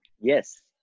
Yes